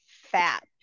fat